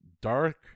Dark